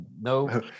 No